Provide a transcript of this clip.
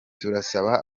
turasaba